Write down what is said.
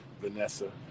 Vanessa